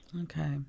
Okay